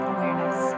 Awareness